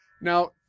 Now